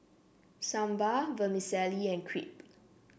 Sambar Vermicelli and Crepe